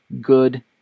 good